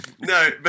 no